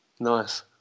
Nice